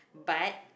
but